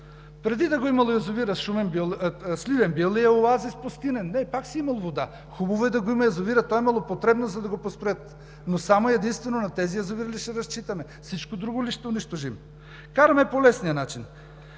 преди да го е имало язовира, Сливен бил ли е оазис пустинен? Не, пак си е имало вода. Хубаво е да го има язовира. То е имало потребност, за да го построят. Но само и единствено на тези язовири ли ще разчитаме?! Всичко друго ли ще унищожим?! Караме по лесния начин.